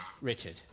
Richard